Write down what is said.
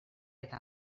eta